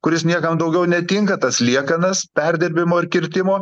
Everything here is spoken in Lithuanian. kuris niekam daugiau netinka tas liekanas perdirbimo ir kirtimo